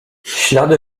ślady